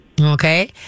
Okay